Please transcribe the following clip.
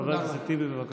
חבר הכנסת טיבי, בבקשה.